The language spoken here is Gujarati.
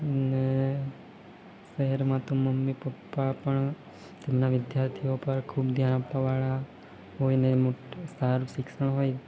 અને શહેરમાં તો મમ્મી પપ્પા પણ તેમના વિદ્યાર્થીઓ પર ખૂબ ધ્યાન આપવાવાળા હોય ને મૂટ સારું શિક્ષણ હોય